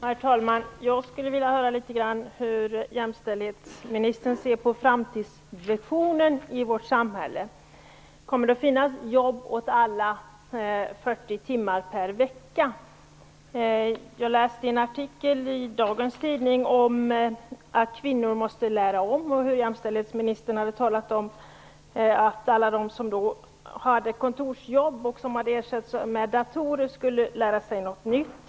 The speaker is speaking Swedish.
Herr talman! Jag skulle vilja höra litet grand vad jämställdhetsministern har för framtidsvision i fråga om vårt samhälle. Kommer det att finnas jobb åt alla 40 timmar per vecka? Jag läste i en artikel i dagens tidning om att kvinnor måste lära om. Jämställdhetsministern har talat att kvinnor vars kontorsjobb hade ersatts av datorer skulle lära sig något nytt.